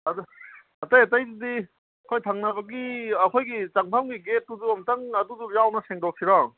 ꯑꯗꯨ ꯑꯇꯩ ꯑꯇꯩꯗꯤ ꯑꯩꯈꯣꯏ ꯊꯪꯅꯕꯒꯤ ꯑꯩꯈꯣꯏꯒꯤ ꯆꯪꯐꯝꯒꯤ ꯒꯦꯠꯇꯨ ꯑꯃꯨꯛꯇꯪ ꯑꯗꯨꯁꯨ ꯌꯥꯎꯅ ꯁꯦꯡꯗꯣꯛꯁꯤꯔꯣ